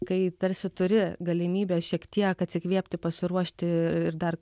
kai tarsi turi galimybę šiek tiek atsikvėpti pasiruošti ir dar